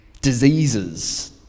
diseases